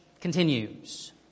continues